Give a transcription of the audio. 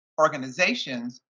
organizations